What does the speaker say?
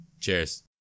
Cheers